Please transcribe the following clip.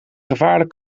gevaarlijk